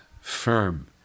firm